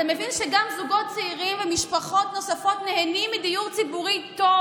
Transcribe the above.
אתה מבין שגם זוגות צעירים ומשפחות נוספות נהנים מדיור ציבורי טוב,